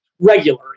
Regular